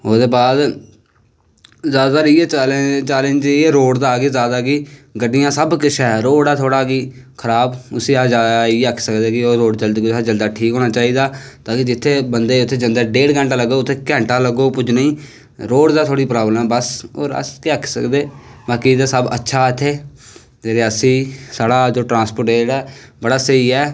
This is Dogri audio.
जादातर चैलेंज इयै रोड दा ऐ कि गड्डियां सब किश ऐ रोड़ ऐ कि खराब उसी जादा अस इ यै आक्खी सकदे कि ओह् रोड़ जल्दी कोला दा जल्दी ठीक होना चाही दा जित्थें बंदे गी जंदे डेढ़ घैंटा लग्ग उत्थें घैंटा लग्गग पुज्जने गी रोड़ दी थोह्ड़ी प्रावलम ऐ होर अस केह् आक्खी सकदे बाकी सब अच्छा ऐ इत्थें ते रियासी साढ़ी ट्रांस्पोर्टेट बड़ा स्हेई ऐ